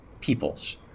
peoples